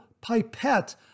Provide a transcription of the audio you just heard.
pipette